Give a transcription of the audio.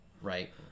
right